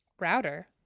Router